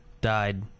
died